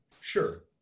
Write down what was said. Sure